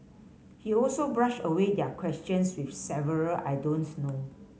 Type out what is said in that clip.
he also brushed away their questions with several I don't know